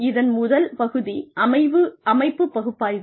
இதன் முதல் பகுதி அமைப்பு பகுப்பாய்வு